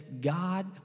God